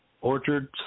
orchards